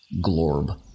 Glorb